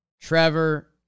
Trevor